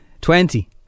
Twenty